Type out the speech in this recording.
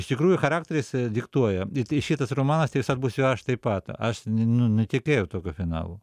iš tikrųjų charakteris diktuoja i ti šitas romanas tiesiog būsiu aš taip pat aš nu netikėjau tokio finalo